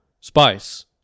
spice